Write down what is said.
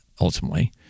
ultimately